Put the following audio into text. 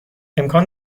امکان